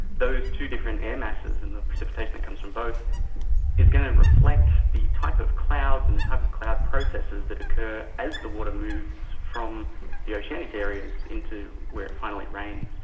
those two different air masses and the precipitation that comes from both is going to reflect the type of clouds and the type of cloud processes that occur as the water moves from the oceanic areas into where it finally rains.